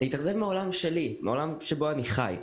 להתאכזב מהעולם שלי, מעולם שבו אני חי.